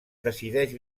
decideix